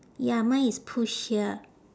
ya mine is push here